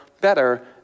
better